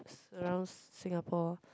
surrounds Singapore